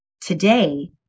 today